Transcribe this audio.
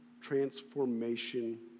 transformation